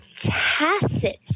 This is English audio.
tacit